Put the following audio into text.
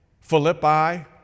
Philippi